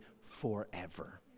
forever